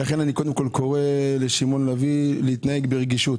לכן אני קודם כול קורא לשמעון לביא להתנהג ברגישות.